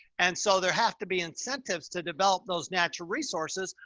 and so there have to be incentives to develop those natural resources.